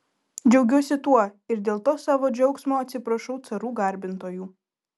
džiaugiuosi tuo ir dėl to savo džiaugsmo atsiprašau carų garbintojų